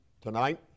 tonight